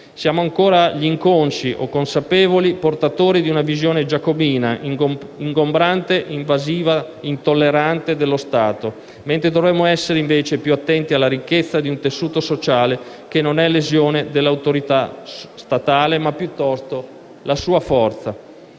Siamo ancora gli inconsci - o consapevoli - portatori di una visione giacobina, ingombrante, invasiva, intollerante, dello Stato, mentre dovremmo essere più attenti alla ricchezza di un tessuto sociale, che non è lesione dell'autorità statale, ma piuttosto la sua forza.